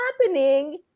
happening